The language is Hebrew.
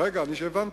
רגע, אני הבנתי.